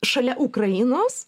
šalia ukrainos